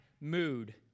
mood